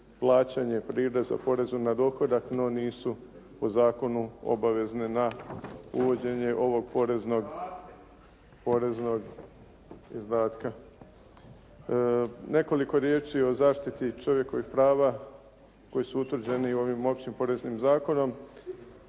plaćanje prireza porezu na dohodak, no nisu po zakonu obavezne na uvođenje ovog poreznog izdatka. Nekoliko riječi o zaštiti čovjekovih prava koji su utvrđeni ovim općim poreznim zakonom